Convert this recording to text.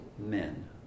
men